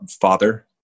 father